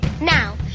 Now